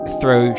throw